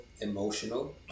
emotional